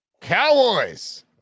Cowboys